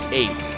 eight